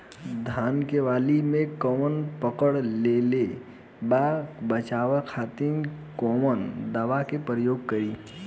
धान के वाली में कवक पकड़ लेले बा बचाव खातिर कोवन दावा के प्रयोग करी?